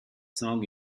song